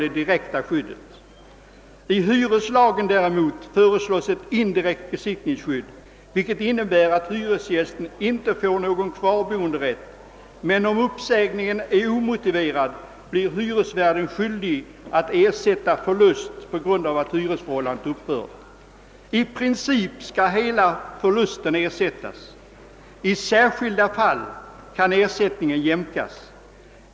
Beträffande hyreslagen däremot föreslås ett indirekt besittningsskydd, vilket innebär att hyresgästen inte får någon kvarboenderätt, men om uppsägningen är omotiverad blir hyresvärden skyldig att ersätta förlust på grund av att hyresförhållandet upphör. I princip skall hela förlusten ersättas; i särskilda fall kan ersättningen jämkas.